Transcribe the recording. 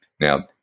Now